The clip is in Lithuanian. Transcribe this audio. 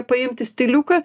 paimti stiliuką